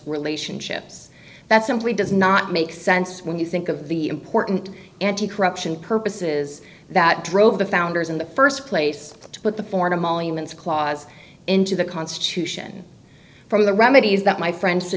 relationships that simply does not make sense when you think of the important anti corruption purposes that drove the founders in the st place to put the board of all humans clause into the constitution for the remedies that my friend